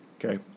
Okay